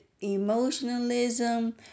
emotionalism